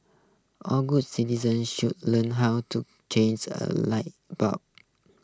all good citizens should learn how to change a light bulb